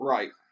Right